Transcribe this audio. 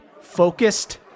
focused